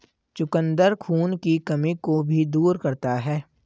चुकंदर खून की कमी को भी दूर करता है